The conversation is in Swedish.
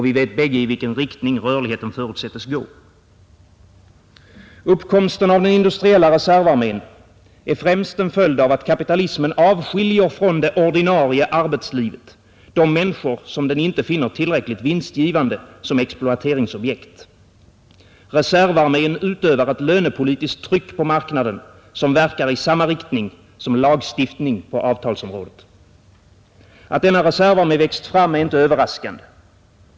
Vi vet bägge i vilken riktning rörligheten förutsättes gå. Uppkomsten av den industriella reservarmén är främst en följd av att kapitalismen avskiljer från det ordinarie arbetslivet de människor som den inte finner tillräckligt vinstgivande som exploateringsobjekt. Reservarmén utövar ett lönepolitiskt tryck på marknaden som verkar i samma riktning som lagstiftning på avtalsområdet. Att denna reservarmé växt fram är inte överraskande.